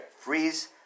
freeze